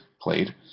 played